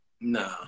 Nah